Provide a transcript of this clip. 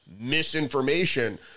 misinformation